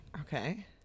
Okay